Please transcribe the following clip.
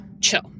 chill